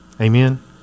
Amen